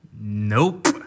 Nope